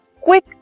quick